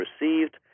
received